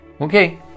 Okay